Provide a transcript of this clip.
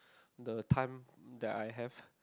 the time that I have